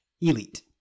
Elite